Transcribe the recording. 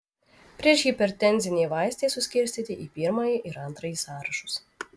priešhipertenziniai vaistai suskirstyti į pirmąjį ir antrąjį sąrašus